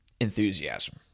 enthusiasm